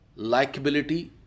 likability